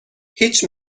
هیچ